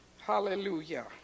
Hallelujah